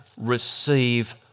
receive